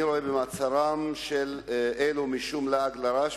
אני רואה במעצרם של אלו משום לעג לרש,